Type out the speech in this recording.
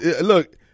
look